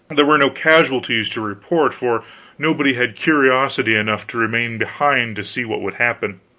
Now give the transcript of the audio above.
there were no casualties to report, for nobody had curiosity enough to remain behind to see what would happen.